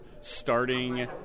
starting